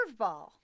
curveball